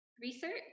research